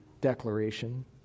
declaration